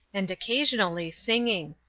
and occasionally singing.